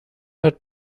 hat